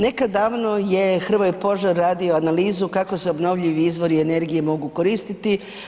Nekad davno je Hrvoje Požar radio analizu kako se obnovljivi izvori energije mogu koristiti.